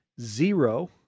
zero